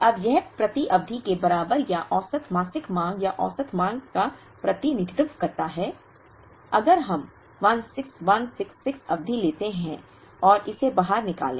अब यह प्रति अवधि के बराबर या औसत मासिक मांग या औसत मांग का प्रतिनिधित्व करता है अगर हम 16166 अवधि लेते हैं और इसे बाहर निकालें